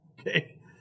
okay